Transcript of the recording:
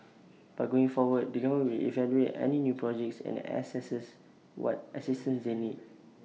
but going forward the government will evaluate any new projects and assess what assistance they need